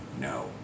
no